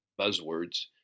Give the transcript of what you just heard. buzzwords